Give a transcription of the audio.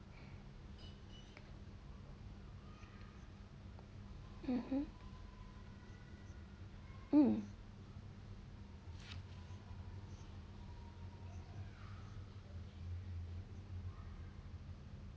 mmhmm mm